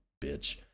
Bitch